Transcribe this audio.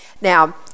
Now